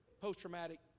post-traumatic